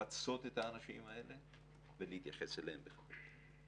לפצות את האנשים האלה ולהתייחס אליהם בכבוד.